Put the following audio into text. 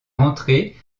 entrer